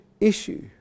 issue